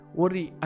worry